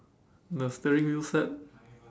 the steering wheel set